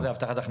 תודה רבה שבאתם,